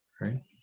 Right